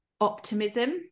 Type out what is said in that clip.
optimism